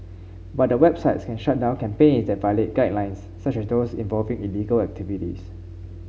but the websites can shut down campaigns that violate guidelines such as those involving illegal activities